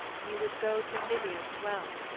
you would go to mimir's well,